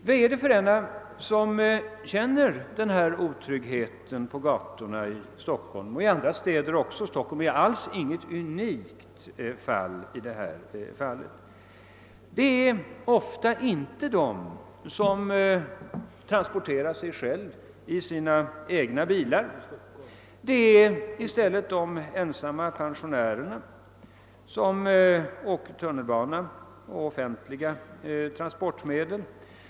Vilka är det som känner denna otrygghet på satorna i Stockholm och naturligtvis även i andra städer — Stockholm är inte alls något unikt fall i detta avseen de. Det är ofta inte de som transporterar sig själva i egna bilar. Det är i stället de ensamma pensionärerna som färdas med tunnelbana och andra kollektiva transportmedel.